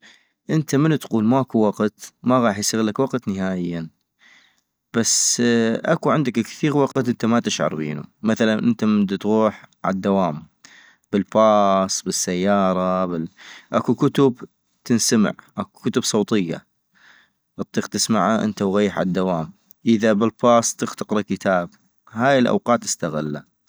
انت من تقول ماكو وقت ما غاح يصيغلك وقت نهائياً بس اكو عندك كثيغ وقت انت ما تشعر بينو ، مثلا انت من دتغوح عالدوام، بالباص بالسيارة بال.. اكو كتب تنسمع اكو كتب صوتية اطيق تسمعا انت وغيح عالدوام ، اذا بالباص اطيق تقرا كتاب ، هاي الأوقات استغلا